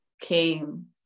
came